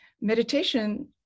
Meditation